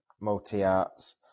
multi-arts